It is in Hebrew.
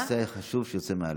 כי זה נושא חשוב שיוצא מהלב.